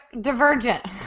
Divergent